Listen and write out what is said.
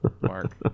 Mark